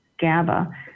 GABA